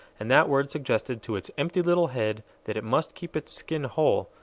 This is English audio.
and that word suggested to its empty little head that it must keep its skin whole,